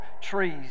trees